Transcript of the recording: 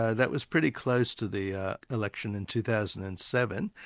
ah that was pretty close to the election in two thousand and seven,